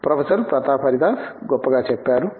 professor Pratap Haridas గొప్పగా చెప్పారు